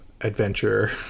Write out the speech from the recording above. adventure